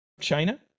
China